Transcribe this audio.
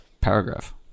paragraph